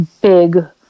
big